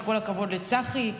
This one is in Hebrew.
כל הכבוד לצחי,